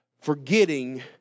Forgetting